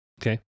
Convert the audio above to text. Okay